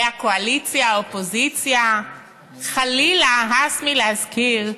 הייתה קואליציה, ואופוזיציה, חלילה, הס מלהזכיר,